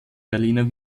berliner